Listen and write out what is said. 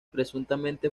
presuntamente